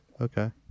Okay